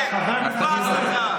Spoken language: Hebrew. בז לך.